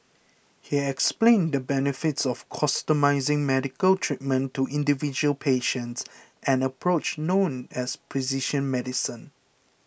he explained the benefits of customising medical treatment to individual patients an approach known as precision medicine